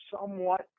somewhat